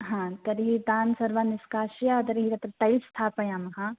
हा तर्हि तान् सर्वान् निष्कास्य तर्हि तत्र टैल्स् स्थापयामः